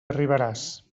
arribaràs